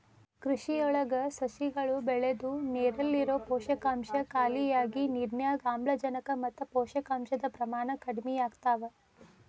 ಜಲಕೃಷಿಯೊಳಗ ಸಸಿಗಳು ಬೆಳದು ನೇರಲ್ಲಿರೋ ಪೋಷಕಾಂಶ ಖಾಲಿಯಾಗಿ ನಿರ್ನ್ಯಾಗ್ ಆಮ್ಲಜನಕ ಮತ್ತ ಪೋಷಕಾಂಶದ ಪ್ರಮಾಣ ಕಡಿಮಿಯಾಗ್ತವ